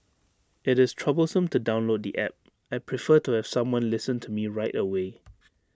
IT is troublesome to download the App I prefer to have someone listen to me right away